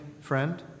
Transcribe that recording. Friend